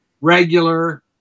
regular